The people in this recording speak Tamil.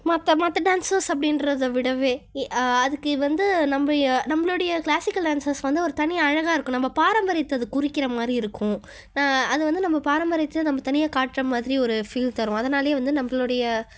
மற்ற மற்ற டான்சஸ் அப்படின்றத விடவே அதுக்கு வந்து நம்ம நம்மளுடைய கிளாசிக்கல் டான்சஸ் வந்து ஒரு தனியாக அழகாக இருக்கும் நம்ம பாரம்பரியத்தை அது குறிக்கிற மாதிரி இருக்கும் அது வந்து நம்ம பாரம்பரியத்தை நம்ம தனியாக காட்டுகிற மாதிரி ஒரு ஃபீல் தரும் அதனாலே வந்து நம்மளுடைய